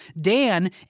Dan